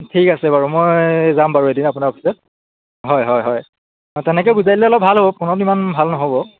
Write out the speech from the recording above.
ঠিক আছে বাৰু মই যাম বাৰু এদিন আপোনাৰ অফিচলৈ হয় হয় হয় তেনেকে বুজাই দিলে অলপ ভাল হ'ব ফোনত ইমান ভাল নহ'ব